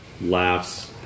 laughs